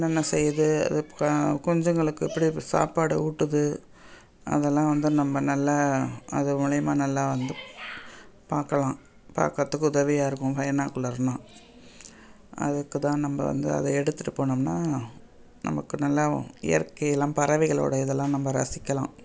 என்னென்ன செய்து அது க குஞ்சுங்களுக்கு எப்படி எப்படி சாப்பாடு ஊட்டுது அதெல்லாம் வந்து நம்ம நல்லா அது மூலயமா நல்லா வந்துப் பார்க்கலாம் பார்க்கறத்துக்கு உதவியாக இருக்கும் பைனாகுலர்னால் அதுக்கு தான் நம்ப வந்து அதை எடுத்துகிட்டு போனோம்னால் நமக்கு நல்லா இயற்கையெலாம் பறவைகளோடு இதெல்லாம் நம்ப ரசிக்கலாம்